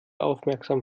aufmerksam